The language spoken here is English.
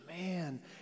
Man